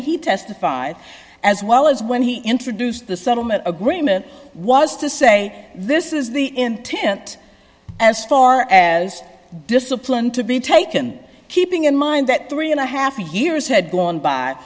he testified as well as when he introduced the settlement agreement was to say this is the intent as far as discipline to be taken keeping in mind that three and a half years had gone by